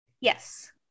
Yes